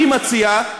אני מציע,